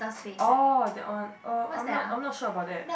orh that one oh I'm not I'm not sure about that